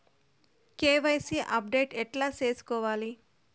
KYC update ఎట్లా సేసుకోవాలి?